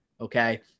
okay